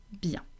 bien